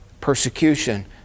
persecution